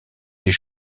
des